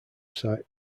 site